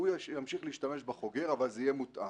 הוא ימשיך להשתמש בחוגר אבל זה יהיה מותאם.